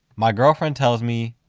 my girlfriend tells me,